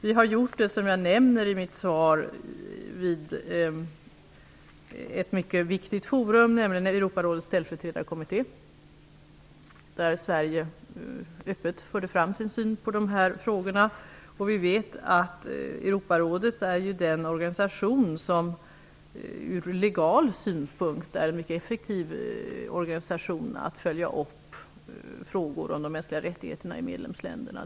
Vi har, som jag nämner i mitt svar, gjort det vid ett mycket viktigt forum, nämligen Europarådets ställföreträdarkommitté, där Sverige öppet förde fram sin syn på de här frågorna. Vi vet att Europarådet ur legal synpunkt är en mycket effektiv organisation när det gäller att följa upp frågor om de mänskliga rättigheterna i medlemsländerna.